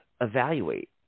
evaluate